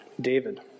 david